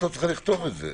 את לא צריכה לכתוב את זה.